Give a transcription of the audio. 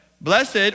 blessed